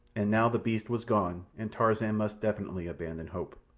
and now the beast was gone and tarzan must definitely abandon hope.